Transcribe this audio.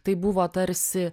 tai buvo tarsi